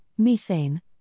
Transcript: methane